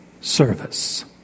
service